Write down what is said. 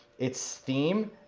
it's steam,